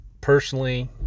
personally